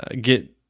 get